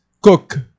cook